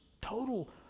total